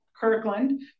Kirkland